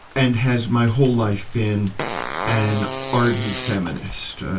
and has my whole life, been an ardent feminist,